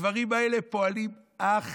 הדברים האלה פועלים אך